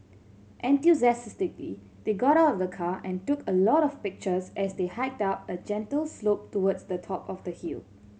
enthusiastically they got out of the car and took a lot of pictures as they hiked up a gentle slope towards the top of the hill